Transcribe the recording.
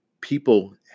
People